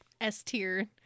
S-tier